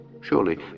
Surely